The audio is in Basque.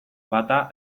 bata